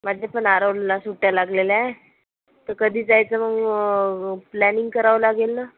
माझ्यापण आरवला सुट्ट्या लागलेल्या आहे त कधी जायचं मग प्लॅनिंग करावं लागेल ना